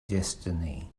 destiny